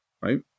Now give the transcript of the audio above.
right